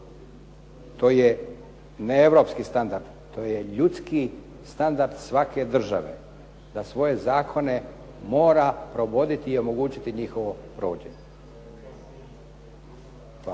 To je ne europski standard, to je ljudski standard svake države da svoje zakone mora provoditi i omogućiti njihovo provođenje. Hvala.